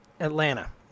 Atlanta